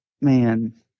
man